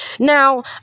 Now